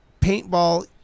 paintball